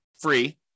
Free